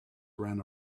ran